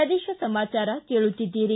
ಪ್ರದೇಶ ಸಮಾಚಾರ ಕೇಳುತ್ತೀದ್ದಿರಿ